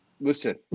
listen